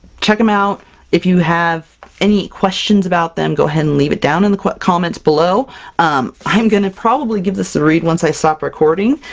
check them out if you have any questions about them go ahead and leave it down in the comments below. um i'm going to, probably, give this a read once i stop recording!